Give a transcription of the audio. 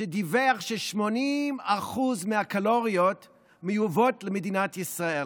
שדיווח ש-80% מהקלוריות מיובאות למדינת ישראל.